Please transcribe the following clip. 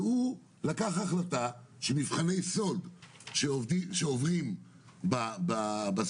והוא לקח החלטה שמבחני סאלד שעוברים בסמינרים